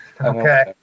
Okay